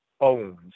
owns